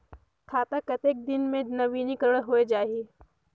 खाता कतेक दिन मे नवीनीकरण होए जाहि??